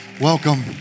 Welcome